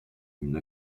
une